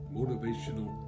motivational